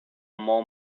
more